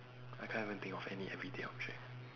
I can't even think of any everyday object